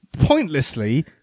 pointlessly